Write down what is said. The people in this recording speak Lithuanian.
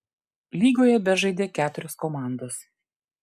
lygoje bežaidė keturios komandos